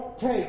take